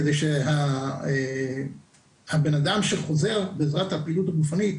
כדי שהבנאדם שחוזר בעזרת הפעילות הגופנית